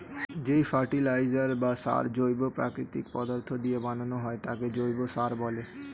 যেই ফার্টিলাইজার বা সার জৈব প্রাকৃতিক পদার্থ দিয়ে বানানো হয় তাকে জৈব সার বলে